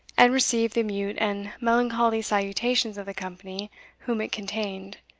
and received the mute and melancholy salutations of the company whom it contained,